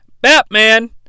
Batman